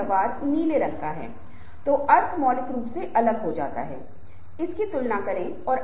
समूह अपने लक्ष्यों पर ध्यान केंद्रित करने की रचनात्मक प्रक्रिया शुरू करता है